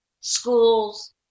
Schools